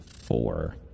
four